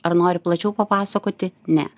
ar nori plačiau papasakoti ne